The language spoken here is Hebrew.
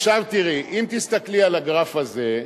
עכשיו, תראי, אם תסתכלי על הגרף הזה,